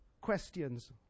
questions